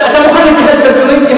אתה מוכן להתייחס ברצינות?